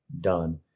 done